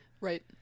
Right